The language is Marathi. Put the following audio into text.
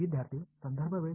विद्यार्थीः रद्द होईल